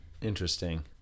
Interesting